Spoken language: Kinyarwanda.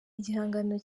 igihangano